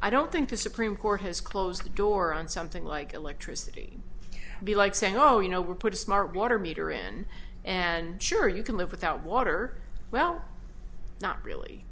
i don't think the supreme court has closed the door on something like electricity be like saying oh you know we're put a smart water meter in and sure you can live without water well not really